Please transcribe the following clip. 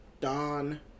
Don